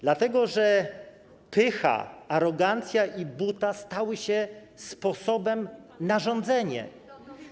Dlatego że pycha, arogancja i buta stały się sposobem na rządzenie.